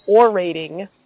orating